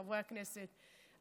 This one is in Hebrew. חברי הכנסת,